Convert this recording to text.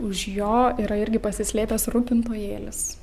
už jo yra irgi pasislėpęs rūpintojėlis